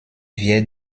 wir